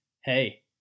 hey